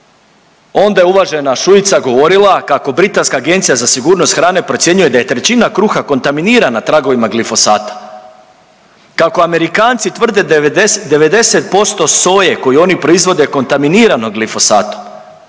Onda je uvažena Šuica govorila kako Britanska agencija za sigurnost hrane procjenjuje da je trećina kruha kontaminirana tragovima glifosata, kako Amerikanci tvrde 90% soje koju oni proizvode je kontaminirano glifosatom,